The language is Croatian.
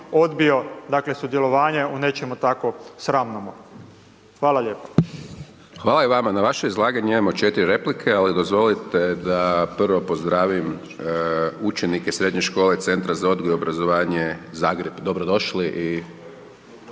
dakle sudjelovanje u nečemu tako sramnomu. Hvala lijepo. **Hajdaš Dončić, Siniša (SDP)** Hvala i vama na vašem izlaganju, imamo 4 replike, ali dozvolite da prvo pozdravim učenike Srednje škole Centra za odgoj i obrazovanje Zagreb, dobrodošli i